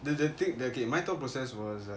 the the thing okay my thought process was uh